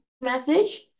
message